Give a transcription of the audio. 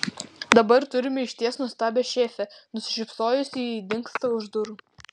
dabar turime išties nuostabią šefę nusišypsojusi ji dingsta už durų